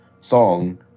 song